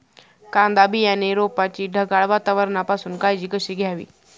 कांदा बियाणे रोपाची ढगाळ वातावरणापासून काळजी कशी घ्यावी?